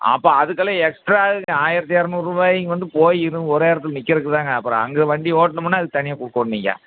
அப்ப அதுக்கெல்லாம் எக்ஸ்ட்ரா ஆகுங்க ஆயிரத்தி இரநூறுவாய் நீங்கள் வந்து போய் இதுவும் ஒரே இடத்துல நிற்கிறக்குதாங்க அப்புறம் அங்கே வண்டி ஓட்டணுமுன்னா அதுக்கு தனியாக் கொடுக்கணும் நீங்கள்